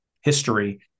history